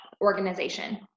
organization